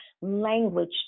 language